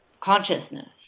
consciousness